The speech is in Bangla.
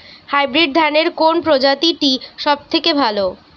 হাইব্রিড ধানের কোন প্রজীতিটি সবথেকে ভালো?